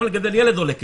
גם לגדל ילד עולה כסף.